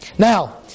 Now